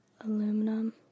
Aluminum